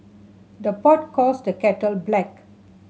the pot calls the kettle black